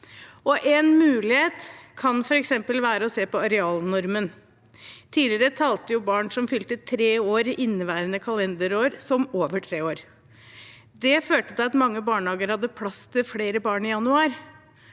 En mulighet kan være å se på arealnormen. Tidligere talte barn som fylte tre år i inneværende kalenderår, som over tre år, og det førte til at mange barnehager hadde plass til flere barn i januar.